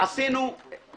מה אתם מבקשים?